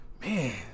man